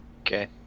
Okay